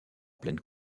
pleine